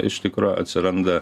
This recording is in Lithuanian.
iš tikro atsiranda